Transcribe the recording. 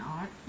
art